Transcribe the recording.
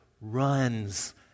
runs